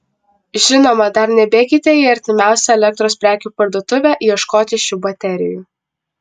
žinoma dar nebėkite į artimiausią elektros prekių parduotuvę ieškoti šių baterijų